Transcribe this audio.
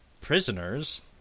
prisoners